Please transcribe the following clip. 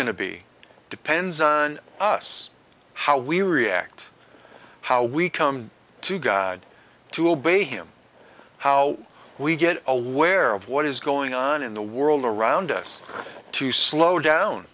be depends on us how we react how we come to god to obey him how we get aware of what is going on in the world around us to slow down